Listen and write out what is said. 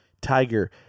Tiger